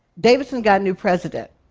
davidson got a new president,